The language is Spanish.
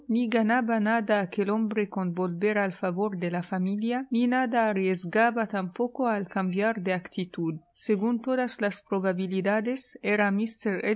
ganaba nada aquel hombre con volver al favor de la familia ni nada arriesgaba tampoco al cambiar de actitud según todas las probabilidades era